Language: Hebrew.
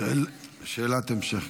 אפשר שאלת המשך?